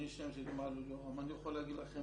אני יכול להגיד לכם